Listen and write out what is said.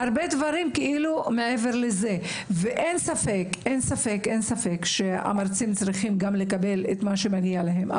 והרבה דברים מעבר לזה ואין ספק שהמרצים צריכים גם לקבל את מה שמגיע להם,